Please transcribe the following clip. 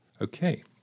Okay